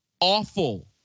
Awful